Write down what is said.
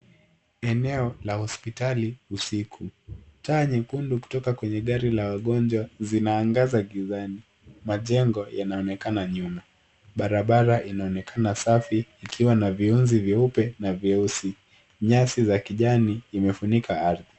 Eneo la hospitali usiku. Taa nyekundu kutoka kwenye gari la wagonjwa zinaangaza gizani. Majengo yanaonekana nyuma. Barabara inaonekana safi ikiwa na viunzi vyeupe na vyeusi. Nyasi za kijani imefunika ardhi.